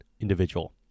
individual